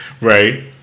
Right